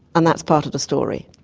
and that's part of the story.